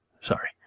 Sorry